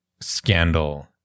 scandal